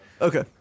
Okay